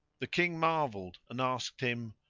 the king marvelled and asked him,